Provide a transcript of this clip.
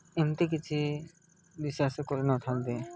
ଏମିତି କିଛି ବିଶ୍ୱାସ କରିନଥାନ୍ତି